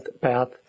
path